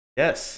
yes